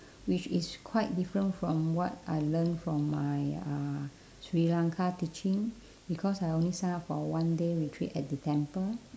which is quite different from what I learn from my uh sri-lanka teaching because I only sign up for one day retreat at the temple